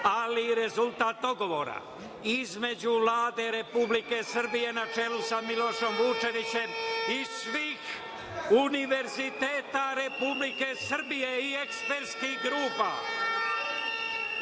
ali rezultat dogovora između Vlade Republike Srbije na čelu sa Milošem Vučevićem i svih univerziteta Republike Srbije i ekspertskih grupa.